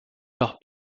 par